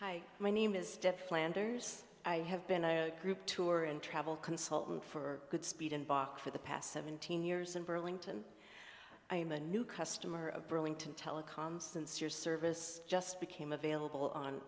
hi my name is debt flanders i have been a group tour and travel consultant for goodspeed and bach for the past seventeen years in burlington i am a new customer of burlington telecom since your service just became available on